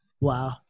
Wow